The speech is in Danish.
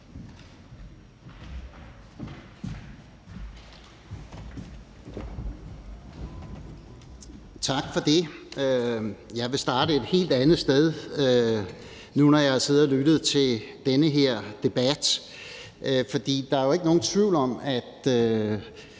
Tak for det. Jeg vil starte et helt andet sted, nu når jeg har siddet og lyttet til denne her debat. For der er ikke nogen tvivl om, at